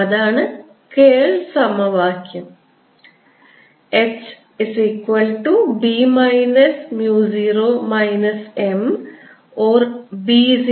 അതാണ് കേൾ സമവാക്യം